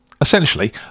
essentially